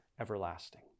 everlasting